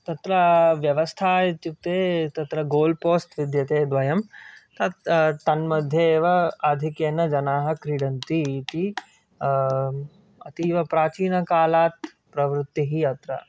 तत्र व्यवस्था इत्युक्ते तत्र गोल् पोस्ट् विद्यते द्वयं तत् तन्मध्ये एव आधिक्येन जनाः क्रीडन्ति इति अतीव प्राचीनकालात् प्रवृत्तिः अत्र